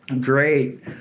great